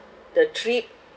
the trip